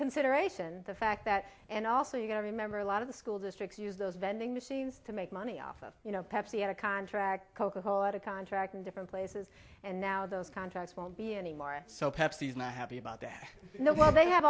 consideration the fact that and also you know i remember a lot of the school districts use those vending machines to make money off of you know pepsi had a contract coca cola had a contract in different places and now those contracts won't be anymore so pepsi is not happy about that they have